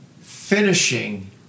finishing